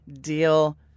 deal